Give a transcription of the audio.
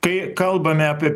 kai kalbame apie